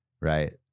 right